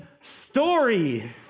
story